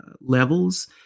levels